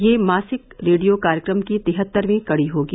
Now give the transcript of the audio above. यह मासिक रेडियो कार्यक्रम की तिहत्तरवीं कड़ी होगी